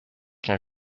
qu’un